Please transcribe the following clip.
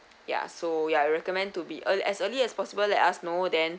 ya so ya I recommend to be uh as early as possible let us know then